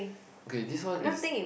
okay this one is